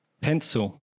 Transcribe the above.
Pencil